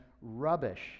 rubbish